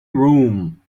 room